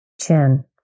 Chin